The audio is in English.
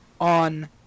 on